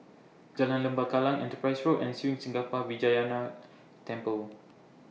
Jalan Lembah Kallang Enterprise Road and Sri Senpaga Vinayagar Temple